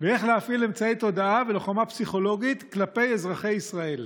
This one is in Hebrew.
ואיך להפעיל אמצעי תודעה ולוחמה פסיכולוגית כלפי אזרחי ישראל.